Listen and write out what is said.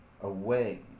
away